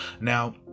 Now